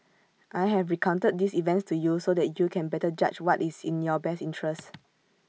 I have recounted these events to you so that you can better judge what is in your best interests